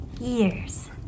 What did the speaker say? years